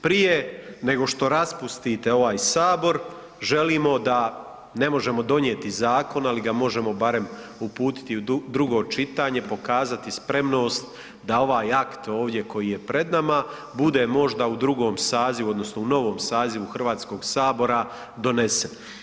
Prije nego što raspustite ovaj sabor, želimo da, ne možemo donijeti zakon, ali ga možemo barem uputiti u drugo čitanje, pokazati spremnost da ovaj akt ovdje koji je pred nama bude možda u drugom sazivu odnosno u novom sazivu Hrvatskog sabora donesen.